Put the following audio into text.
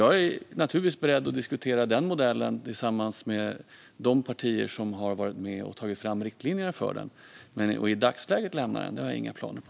Jag är naturligtvis beredd att diskutera denna modell tillsammans med de partier som har varit med och tagit fram riktlinjerna för den, men att i dagsläget lämna den har jag inga planer på.